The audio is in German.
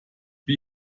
wie